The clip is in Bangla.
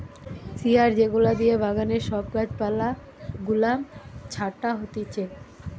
শিয়ার যেগুলা দিয়ে বাগানে সব গাছ পালা গুলা ছাটা হতিছে